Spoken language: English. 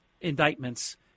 indictments